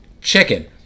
chicken